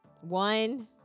one